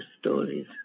stories